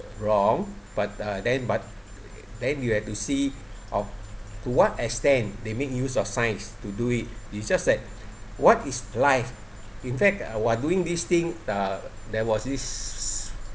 wrong but uh then but then you have to see of to what extent they make use of science to do it it just like what is life in fact while doing this thing uh there was this